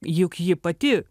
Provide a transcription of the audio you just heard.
juk ji pati